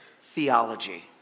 Theology